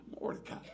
Mordecai